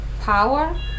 power